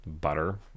butter